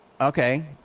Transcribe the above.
Okay